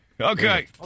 Okay